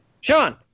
Sean